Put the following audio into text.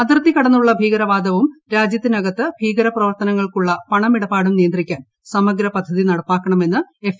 അതിർത്തി കടന്നുള്ള ഭീകരവാദവും രാജ്യത്തിനകത്ത് ഭീകരപ്രവർത്തനങ്ങൾക്കുള്ള പണമിടപാടും നിയന്ത്രിക്കാൻ സമഗ്ര പദ്ധതി നടപ്പാക്കണമെന്ന് എഫ്